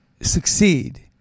succeed